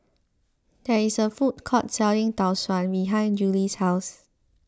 there is a food court selling Tau Suan behind Julie's house